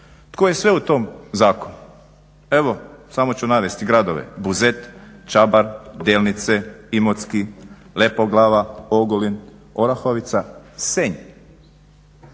Tko je sve u tom zakonu, evo samo ću navesti gradove Buzet, Čabar, Delnice, Imotski, Lepoglava, Ogulin, Orahovica, Senj,